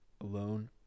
alone